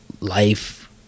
life